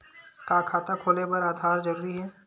का खाता खोले बर आधार जरूरी हे?